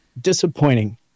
disappointing